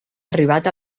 arribat